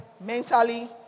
mentally